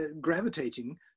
gravitating